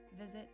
visit